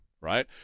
right